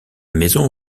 maison